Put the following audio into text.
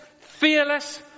fearless